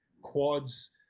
quads